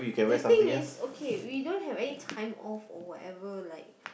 the thing is okay we don't have any time off or whatever like